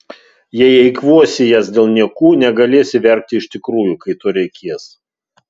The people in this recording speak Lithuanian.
jei eikvosi jas dėl niekų negalėsi verkti iš tikrųjų kai to reikės